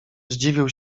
zdziwił